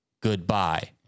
goodbye